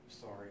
Sorry